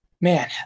Man